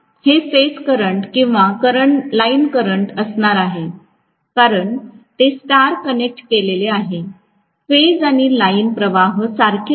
हे phase current किंवा line current असणार आहे कारण ते स्टार कनेक्ट केलेले आहे फेज आणि लाइन प्रवाह सारखेच आहेत